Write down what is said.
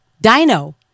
Dino